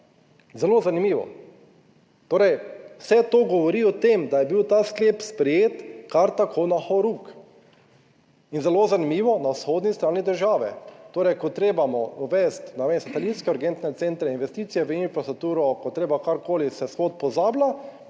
Zelo zanimivo torej vse to govori o tem, da je bil ta sklep sprejet kar tako na horuk. In zelo zanimivo, na vzhodni strani države, torej ko treba uvesti, ne vem, satelitske urgentne centre, investicije v infrastrukturo, ko je treba karkoli se shod pozablja,